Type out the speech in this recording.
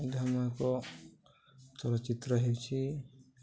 ଏଧାମ ଏକ ଚଳଚ୍ଚିତ୍ର ହେଉଛି